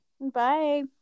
Bye